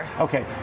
Okay